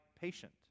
patient